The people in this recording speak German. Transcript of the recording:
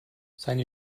seine